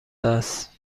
است